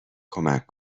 کمک